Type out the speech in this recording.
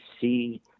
see